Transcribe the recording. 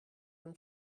and